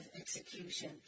execution